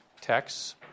texts